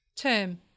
Term